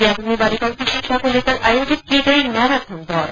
जयप्र में बालिकाओं की शिक्षा को लेकर आयोजित की गई मैराथन दौड़